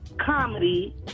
comedy